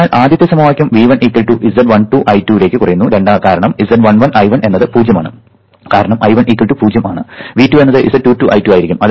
അതിനാൽ ആദ്യത്തെ സമവാക്യം V1 Z12 I2 ലേക്ക് കുറയുന്നു കാരണം Z11 I1 എന്നത് 0 ആണ് കാരണം I1 0 ആണ് V2 എന്നത് Z22 I2 ആയിരിക്കും